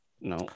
No